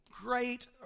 Great